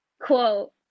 quote